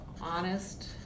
Honest